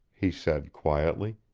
he said quietly.